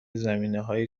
زمینههای